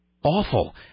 Awful